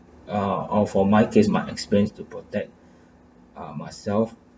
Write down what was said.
ah or for my case my experience to protect uh myself